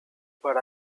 but